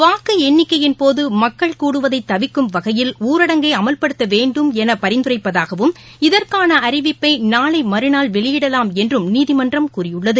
வாக்கு எண்ணிக்கையின் போது மக்கள் கூடுவதை தவிர்க்கும் வகையில் ஊரடங்கை அமல்படுத்த வேண்டும் என பரிந்துரைப்பதாகவும் இதற்கான அறிவிப்பை நாளை மறுநாள் வெளியிடலாம் என்றும் நீதிமன்றம் கூறியுள்ளது